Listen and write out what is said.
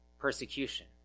persecution